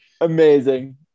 Amazing